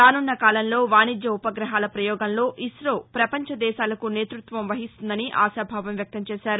రానున్న కాలంలో వాణిజ్య ఉపగ్రహాల ప్రయోగంలో ఇసో ప్రపంచ దేశాలకు నేతృత్వం వహిస్తుందని ఆశాభావం వ్యక్తం చేశారు